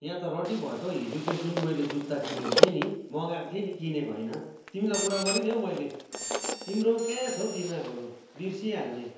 यहाँ त रड्डी भयो त हौ हिजो त्यो जुन मैले जुत्ता किनेको थिएँ नि मगाएको थिएँ नि किनेको होइन तिमीलाई कुरा गरेँ नि हौ मैले तिम्रो पनि कहाँ छ हौ दिमागहरू बिर्सिहाल्ने